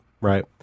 right